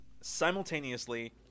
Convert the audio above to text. simultaneously